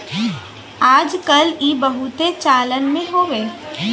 आज कल ई बहुते चलन मे हउवे